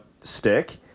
stick